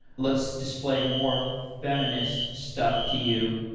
let's display more feminist stuff to you.